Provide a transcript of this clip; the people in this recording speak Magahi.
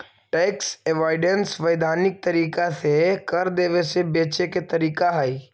टैक्स अवॉइडेंस वैधानिक तरीका से कर देवे से बचे के तरीका हई